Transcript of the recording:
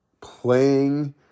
playing